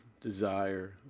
desire